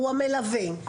הוא המלווה,